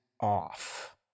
off